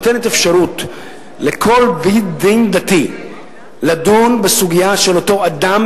כשהיא נותנת אפשרות לכל בית-דין דתי לדון בסוגיה של אותו אדם